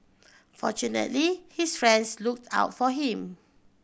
fortunately his friends looked out for him